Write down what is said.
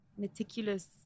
meticulous